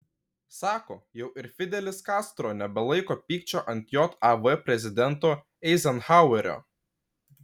sako jau ir fidelis kastro nebelaiko pykčio ant jav prezidento eizenhauerio